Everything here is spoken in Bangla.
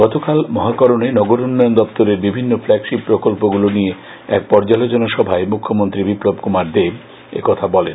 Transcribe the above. গতকাল মহাকরণে নগরোন্নয়ন দপ্তরের বিভিন্ন ক্ল্যাগশিপ প্রকল্পগুলো নিয়ে এক পর্যালোচনা সভায় মুখ্যমন্ত্রী বিপ্লব কুমার দেব একথা বলেন